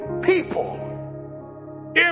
people